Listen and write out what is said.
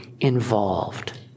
involved